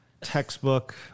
textbook